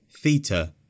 theta